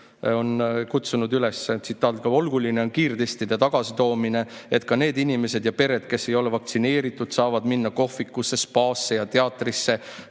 on kutsunud üles, tsitaat: "Oluline on kiirtestide tagasitoomine, et ka need inimesed ja pered, kes ei ole vaktsineeritud, saavad minna kohvikusse, spaasse ja teatrisse,